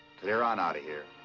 clear on out. yeah